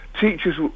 teachers